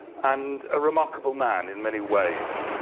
and a remarkable man in many ways.